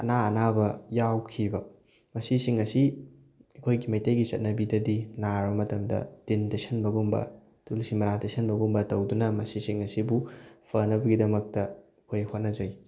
ꯑꯅꯥ ꯑꯅꯥꯕ ꯌꯥꯎꯈꯤꯕ ꯃꯁꯤꯁꯤꯡ ꯑꯁꯤ ꯑꯩꯈꯣꯏꯒꯤ ꯃꯩꯇꯩꯒꯤ ꯆꯠꯅꯕꯤꯗꯗꯤ ꯅꯥꯔꯕ ꯃꯇꯝꯗ ꯇꯤꯟ ꯇꯩꯁꯟꯕꯒꯨꯝꯕ ꯇꯨꯜꯁꯤ ꯃꯅꯥ ꯇꯩꯁꯟꯕꯒꯨꯝꯕ ꯇꯧꯗꯨꯅ ꯃꯁꯤꯁꯤꯡ ꯑꯁꯤꯕꯨ ꯐꯅꯕꯒꯤꯗꯃꯛꯇ ꯑꯩꯈꯣꯏ ꯍꯣꯠꯅꯖꯩ